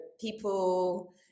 people